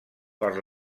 per